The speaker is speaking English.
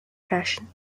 fashion